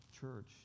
Church